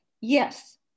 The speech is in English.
yes